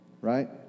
Right